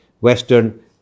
western